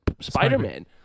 Spider-Man